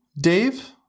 Dave